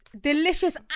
delicious